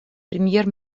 премьер